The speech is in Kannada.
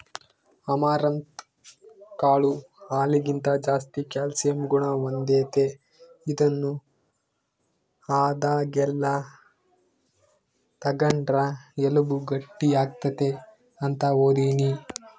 ಅಮರಂತ್ ಕಾಳು ಹಾಲಿಗಿಂತ ಜಾಸ್ತಿ ಕ್ಯಾಲ್ಸಿಯಂ ಗುಣ ಹೊಂದೆತೆ, ಇದನ್ನು ಆದಾಗೆಲ್ಲ ತಗಂಡ್ರ ಎಲುಬು ಗಟ್ಟಿಯಾಗ್ತತೆ ಅಂತ ಓದೀನಿ